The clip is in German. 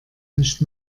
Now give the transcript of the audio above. nicht